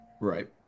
Right